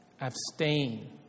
Abstain